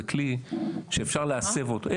מי שלא יודע מה זה איירסופט: זה כלי שאפשר להסב אותו לנשק.